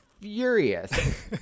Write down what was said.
furious